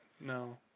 No